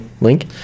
link